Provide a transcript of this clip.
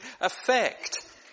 effect